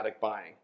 buying